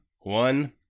one